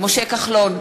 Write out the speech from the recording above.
משה כחלון,